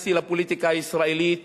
ונכנסתי לפוליטיקה הישראלית